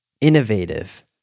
innovative